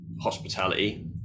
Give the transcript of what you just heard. hospitality